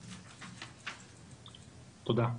תודה.